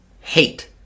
hate